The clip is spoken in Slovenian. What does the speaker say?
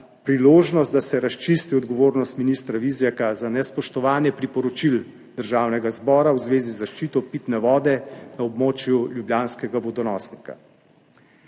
priložnost, da se razčisti odgovornost ministra Vizjaka za nespoštovanje priporočil Državnega zbora v zvezi z zaščito pitne vode na območju ljubljanskega vodonosnika.